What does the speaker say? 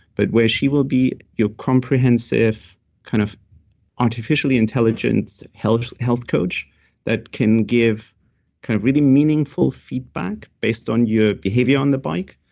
but where she will be your comprehensive kind of artificial intelligence health health coach that can give kind of really meaningful feedback based on your behavior on the bike,